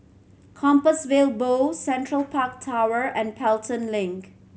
Compassvale Bow Central Park Tower and Pelton Link